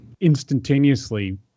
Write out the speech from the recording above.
instantaneously